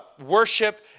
worship